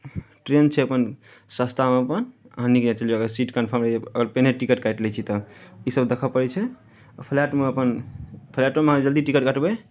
train छै अपन सस्तामे अपन अहाँ नीक जकाँ चलि जाउ अगर सीट कन्फर्म रहैए अगर पहिने टिकट काटि लै छी तऽ इसभ देखय पड़ै छै आ फ्लाइटमे अपन फ्लाइटोमे अहाँ जल्दी टिकट कटबै